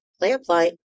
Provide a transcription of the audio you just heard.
lamplight